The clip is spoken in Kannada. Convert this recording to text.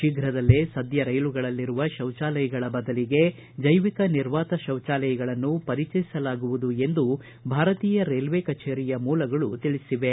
ಶೀಘದಲ್ಲೇ ಸದ್ಯ ರೈಲುಗಳಲ್ಲಿರುವ ಶೌಚಾಲಯಗಳ ಬದಲಿಗೆ ಜೈವಿಕ ನಿರ್ವಾತ ಶೌಚಾಲಯಗಳನ್ನು ಪರಿಚಯಿಸಲಾಗುವುದು ಎಂದು ಭಾರತೀಯ ರೈಲ್ವೆಯ ಕಚೇರಿ ಮೂಲಗಳು ತಿಳಿಸಿವೆ